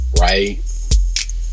right